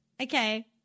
Okay